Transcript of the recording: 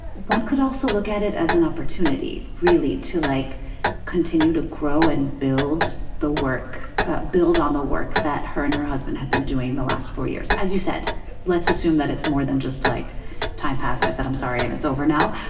one could also look at it as an opportunity really to like continue to grow and build the work build on the work that her and her husband have been doing the last four years. as you said let's assume that it's more than just like time passed i said i'm sorry and it's over now.